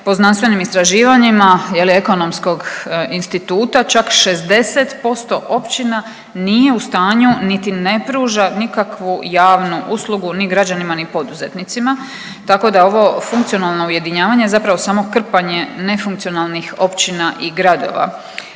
Po znanstvenim istraživanjima Ekonomskog instituta čak 60% općina nije u stanju niti ne pruža nikakvu javnu uslugu ni građanima ni poduzetnicima, tako da ovo funkcionalno ujedinjavanje je zapravo samo krpanje nefunkcionalnih općina i gradova.